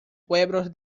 pueblos